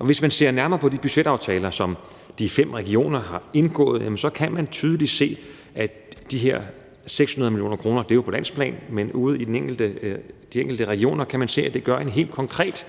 Hvis man ser nærmere på de budgetaftaler, som de fem regioner har indgået, så kan man tydeligt se, at de her 600 mio. kr. – det er jo på landsplan – ude i de enkelte regioner gør en helt konkret